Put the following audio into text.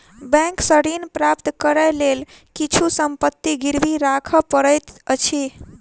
bank सॅ ऋण प्राप्त करै के लेल किछु संपत्ति गिरवी राख पड़ैत अछि